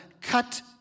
cut